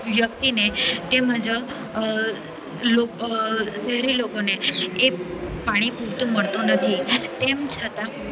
વ્યક્તિને તેમજ શહેરી લોકોને એ પાણી પૂરતું મળતું નથી તેમ છતાં